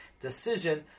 decision